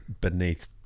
beneath